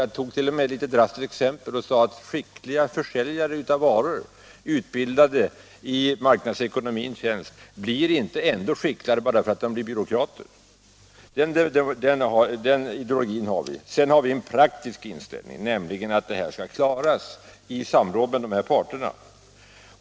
Jag tog t.o.m. ett litet drastiskt exempel och sade att skickliga försäljare av varor, utbildade i marknadsekonomins tjänst, blir inte ändå skickligare bara för att de blir byråkrater. Marknadsideologin har vi. Sedan har vi en praktisk inställning, nämligen att branschproblemen skall klaras i samråd med parterna.